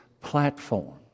platform